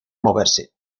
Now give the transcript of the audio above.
moverse